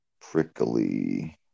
Prickly